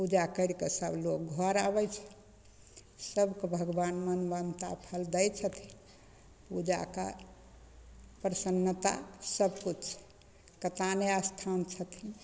पूजा करिके सभलोक घर आबै छै सभकेँ भगवान मन मनता फल दै छथिन पूजा का प्रसन्नता सबकिछु कात्यायने अस्थान छथिन